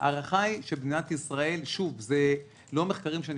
ההערכה היא שבמדינת ישראל שוב, זה לא מחקרים שהם